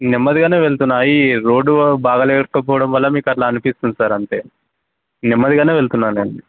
నెమ్మదిగానే వెళ్తున్నాను ఈ రోడ్డు బాగాలేకపోవడం వల్ల మీకు అలా అనిపిస్తుంది సార్ అంటే నెమ్మదిగానే వెళ్తున్నానండి